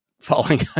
falling